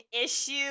issue